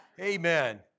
Amen